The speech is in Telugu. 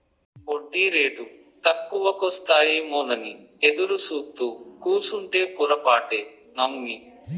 ఒడ్డీరేటు తక్కువకొస్తాయేమోనని ఎదురుసూత్తూ కూసుంటే పొరపాటే నమ్మి